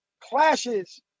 clashes